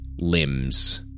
limbs